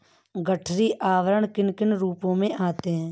गठरी आवरण किन किन रूपों में आते हैं?